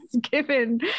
given